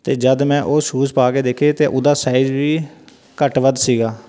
ਅਤੇ ਜਦ ਮੈਂ ਉਹ ਸੂਜ਼ ਪਾ ਕੇ ਦੇਖੀ ਤਾਂ ਉਹਦਾ ਸਾਈਜ਼ ਵੀ ਘੱਟ ਵੱਧ ਸੀਗਾ